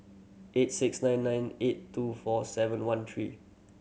eight six nine nine eight two four seven one three